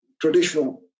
traditional